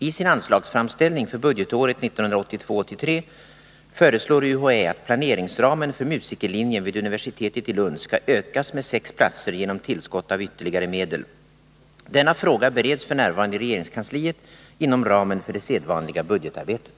I sin anslagsframställning för budgetåret 1982/83 föreslår UHÄ att planeringsramen för musikerlinjen vid universitetet i Lund skall ökas med sex platser genom tillskott av ytterligare medel. Denna fråga bereds f. n. i regeringskansliet inom ramen för det sedvanliga budgetarbetet.